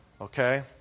Okay